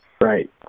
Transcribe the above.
Right